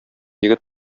егет